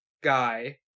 guy